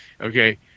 Okay